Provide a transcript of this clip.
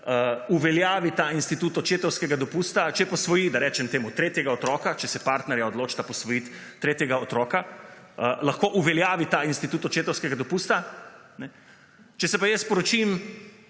uveljavi ta institut očetovskega dopusta, če posvoji tretjega otroka, če se partnerja odločita posvojiti tretjega otroka, lahko uveljavi ta institut očetovskega dopusta. Če se pa jaz poročim